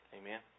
Amen